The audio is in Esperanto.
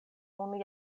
nun